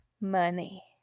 money